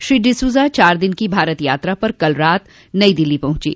श्री डिसूजा चार दिन की भारत यात्रा पर कल रात नई दिल्ली पहुंचे